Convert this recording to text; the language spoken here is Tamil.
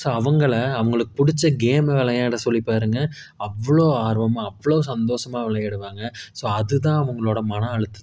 ஸோ அவங்கள அவங்களுக்கு பிடிச்ச கேமை விளையாட சொல்லி பாருங்க அவ்வளோ ஆர்வமாக அவ்வளோ சந்தோஷமாக விளையாடுவாங்க ஸோ அதுதான் அவங்களோட மன அழுத்தத்தை